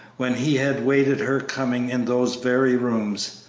when he had waited her coming in those very rooms.